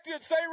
Say